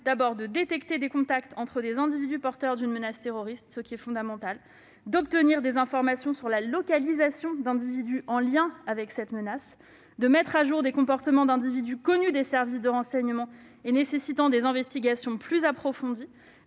permis de détecter des contacts entre des individus porteurs d'une menace terroriste- il s'agit là d'un point fondamental ; d'obtenir des informations sur la localisation d'individus en lien avec cette menace ; de mettre au jour les comportements de personnes connues des services de renseignement et exigeant des investigations plus approfondies